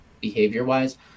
behavior-wise